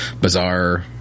bizarre